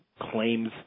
claims